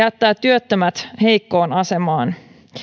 jättää työttömät heikkoon asemaan